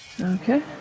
Okay